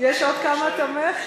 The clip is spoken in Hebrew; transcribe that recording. יש עוד כמה חברים,